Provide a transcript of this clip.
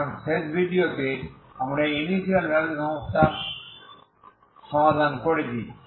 কারণ শেষ ভিডিওতে আমরা এই ইনিশিয়াল ভ্যালু সমস্যার সমাধান করেছি